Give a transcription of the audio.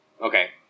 okay